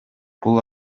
бул